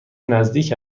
نزدیک